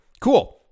Cool